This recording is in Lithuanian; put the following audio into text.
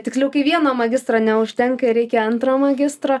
tiksliau kai vieno magistro neužtenka reikia antro magistro